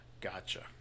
Gotcha